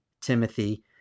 Timothy